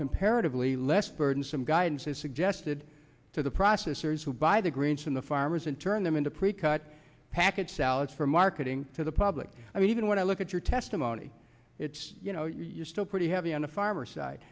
comparatively less burdensome guidance is suggested to the processors who buy the greens from the farmers and turn them into precut packet salads for marketing to the public i mean even when i look at your testimony it's you know you're still pretty heavy on the farmer side